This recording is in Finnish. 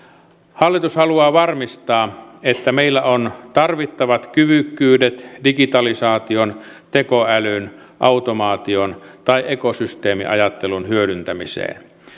hallitus haluaa varmistaa että meillä on tarvittavat kyvykkyydet digitalisaation tekoälyn automaation tai ekosysteemiajattelun hyödyntämiseen